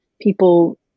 people